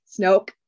Snoke